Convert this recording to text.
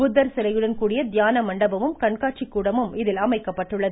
புத்தர் சிலையுடன் கூடிய தியான மண்டபமும் கண்காட்சி கூடமும் இதில் அமைக்கப்பட்டுள்ளது